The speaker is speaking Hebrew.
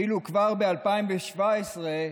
כבר ב-2017,